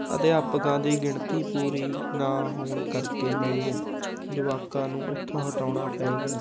ਅਧਿਆਪਕਾਂ ਦੀ ਗਿਣਤੀ ਪੂਰੀ ਨਾ ਹੋਣ ਕਰਕੇ ਮੈਨੂੰ ਜਵਾਕਾਂ ਨੂੰ ਉੱਥੋਂ ਹਟਾਉਣਾ ਪੈ ਗਿਆ